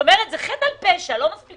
כלומר זה חטא על פשע לא מספיק